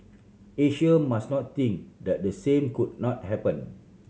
Asia must not think that the same could not happen